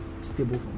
stable